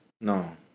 No